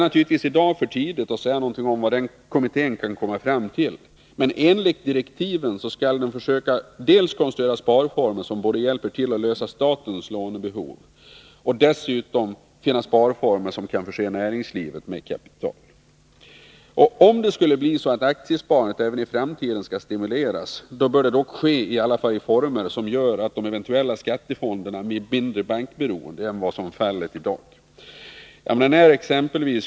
Naturligtvis är det i dag för tidigt att säga något om vad den kommittén kan komma fram till, men enligt direktiven skall kommittén försöka konstruera sparformer som både hjälper till att lösa statens lånebehov och kan förse näringslivet med kapital. Om det skulle bli så att aktiesparandet även i framtiden skall stimuleras, bör det dock ske i former som gör att de eventuella skattefonderna blir mindre bankberoende än vad som är fallet i dag.